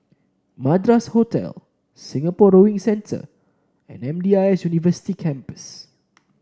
Madras Hotel Singapore Rowing Centre and M D I S University Campus